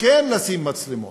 כן לשים מצלמות,